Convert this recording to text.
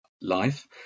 Life